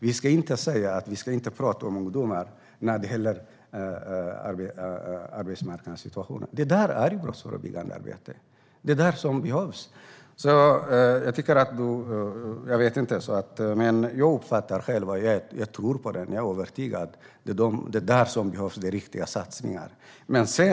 Vi ska inte säga att vi inte ska prata om ungdomar när det gäller arbetsmarknadssituationen. Det är brottsförebyggande arbete. Det är det som behövs. Jag är övertygad om att det är där det behövs riktiga satsningar.